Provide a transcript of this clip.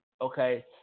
Okay